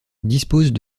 disposent